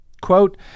Quote